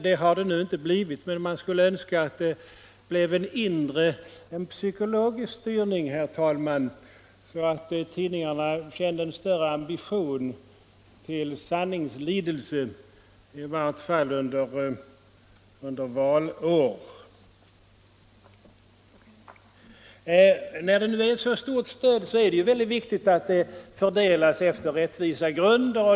Så har nu inte blivit fallet, men man skulle önska, herr talman, att det blev en psykologisk styrning, så att tidningarna kände en större ambition för sanningslidelse — i varje fall under valår. När nu stöd utgår med så höga belopp är det viktigt att det fördelas efter rättvisa grunder.